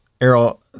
Errol